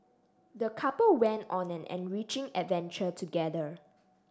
the couple went on an enriching adventure together